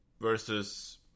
versus